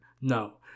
No